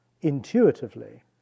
intuitively